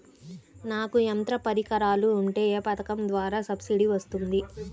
నాకు యంత్ర పరికరాలు ఉంటే ఏ పథకం ద్వారా సబ్సిడీ వస్తుంది?